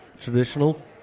Traditional